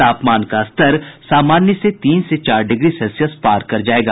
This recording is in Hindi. तापमान का स्तर सामान्य से तीन से चार डिग्री सेल्सियस पार कर जायेगा